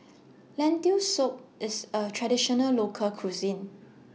Lentil Soup IS A Traditional Local Cuisine